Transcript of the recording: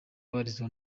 abarizwa